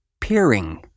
Peering